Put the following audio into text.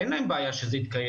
אין להם בעיה שזה יתקיים,